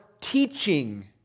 teaching